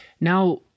Now